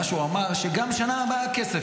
מה שהוא אמר זה שגם שנה הבאה הכסף,